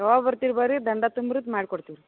ಯಾವಾಗ ಬರ್ತಿರ ಬರ್ರಿ ದಂಡ ತುಂಬ್ರಿ ಮಾಡ್ಕೊಡ್ತೀವಿ ರೀ